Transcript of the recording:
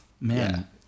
man